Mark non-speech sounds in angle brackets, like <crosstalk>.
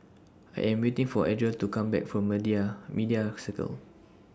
I Am waiting For Adriel to Come Back from <unintelligible> Media Circle